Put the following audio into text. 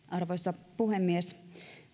arvoisa puhemies